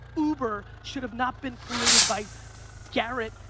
uber should have not been created by garrett.